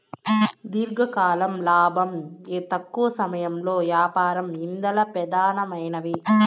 దీర్ఘకాలం లాబం, తక్కవ సమయంలో యాపారం ఇందల పెదానమైనవి